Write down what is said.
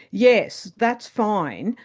yes, that's fine,